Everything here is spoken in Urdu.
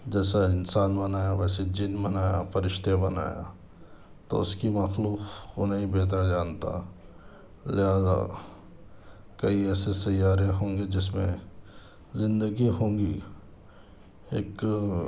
جیسا انسان بنایا ویسے جن بنایا فرشتے بنایا تو اُس کی مخلوق نے ہی بہتر جانتا لہٰذا کئی ایسے سیارے ہوں گے جس میں زندگی ہوں گی ایک